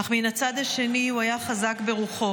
אך מן הצד השני הוא היה חזק ברוחו.